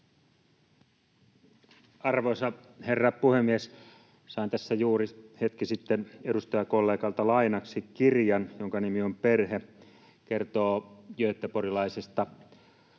Arvoisa herra puhemies! Sain tässä juuri hetki sitten edustajakollegalta lainaksi kirjan, jonka nimi on Perhe. [Pitää kirjaa